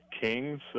kings